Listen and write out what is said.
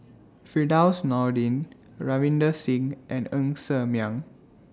Firdaus Nordin Ravinder Singh and Ng Ser Miang